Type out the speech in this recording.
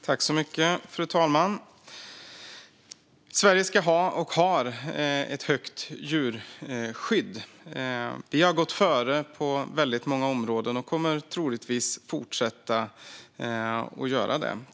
Fru talman! Sverige ska ha, och har, ett högt djurskydd. Vi har gått före på många områden, och vi kommer troligtvis att fortsätta att göra det.